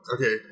okay